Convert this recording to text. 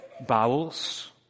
bowels